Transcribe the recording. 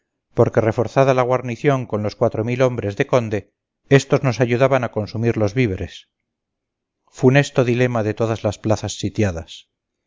porque reforzada la guarnición con los cuatro mil hombres de conde estos nos ayudaban a consumir los víveres funesto dilema de todas las plazas sitiadas